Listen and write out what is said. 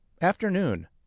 Afternoon